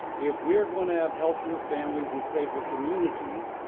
if we're going to have healthier families and safer communities,